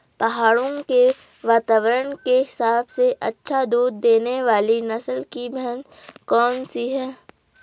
पहाड़ों के वातावरण के हिसाब से अच्छा दूध देने वाली नस्ल की भैंस कौन सी हैं?